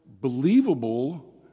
believable